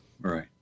right